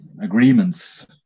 agreements